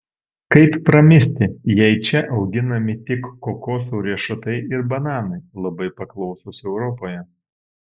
kaip pramisti jei čia auginami tik kokosų riešutai ir bananai labai paklausūs europoje